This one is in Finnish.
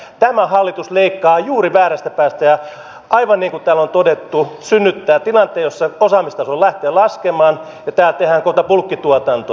tämä hallitus leikkaa juuri väärästä päästä ja aivan niin kuin täällä on todettu synnyttää tilanteen jossa osaamistaso lähtee laskemaan ja täällä tehdään kohta bulkkituotantoa